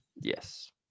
Yes